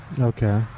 Okay